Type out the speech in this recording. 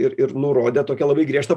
ir ir nu rodė tokią labai griežtą